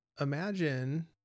imagine